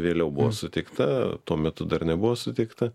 vėliau buvo suteikta tuo metu dar nebuvo suteikta